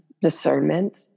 discernment